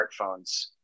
smartphones